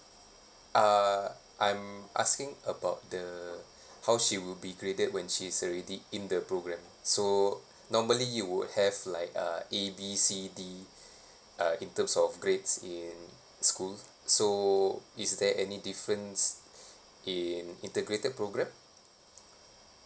uh I'm asking about the how she would be graded when she's already in the programme so normally you would have like uh A B C D uh in terms of grades in school so is there any difference in integrated programme